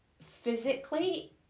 physically